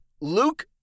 Luke